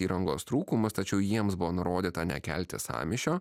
įrangos trūkumus tačiau jiems buvo nurodyta nekelti sąmyšio